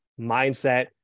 mindset